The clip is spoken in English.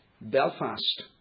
Belfast